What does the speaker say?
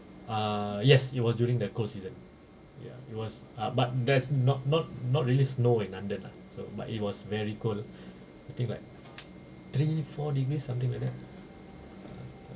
err yes it was during the cold season ya it was ah but that's not not not really snow in london lah so but it was very cold I think like three four degrees something like that